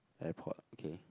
airport okay